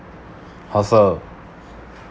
hassle